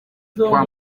kwa